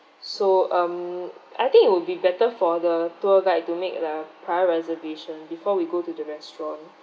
so um I think it would be better for the tour guide to make like a prior reservation before we go to the restaurant